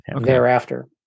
thereafter